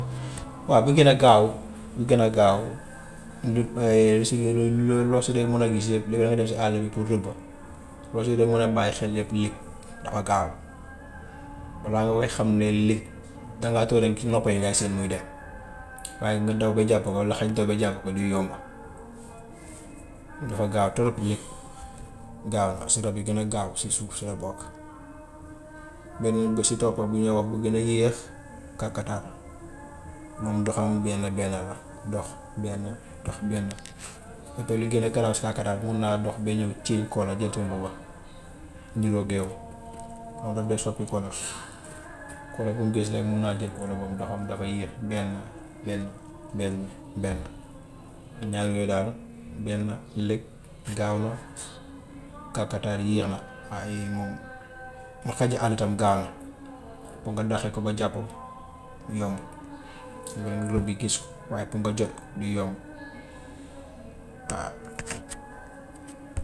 Waaw bi gën a gaaw, bi gën a gaaw, lu lu si dee loo si dee mën a gis rek lu mën a dem si àll bi pour rëbb, doo si dee mën a bàyyi xel lépp lépp dafa gaaw, balaa nga koy xam ne lëg dangaa toog rek nopp yi ngay séen muy dem, waaye nga daw ba jàpp ko, ba jàpp ko du yomb dafa gaaw trop lëg gaaw na si rab yi gën a gaaw si suuf si la bokk. Beneen bi si topp bu ñoo wax bi gën a yéex kakataar la, moom doxam benn benn la, dox benn dox benn. Ba li gën a garaaw si kakataar mun naa dox ba ñëw change color niroog yow, moo tax day soppi color. Color bu mu gis rek mun naa jël color boobu doxam dafa yéex benn benn benn benn. Ñaar yooyu daal benn lëg, gaaw na, kakataar yéex na, waa yooyu moom, moo xaji àll tam gaaw na pour nga dàqe ko ba jàpp ko yombut, yomb na di gis waaye pour nga jot ko du yomb waaw.